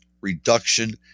reduction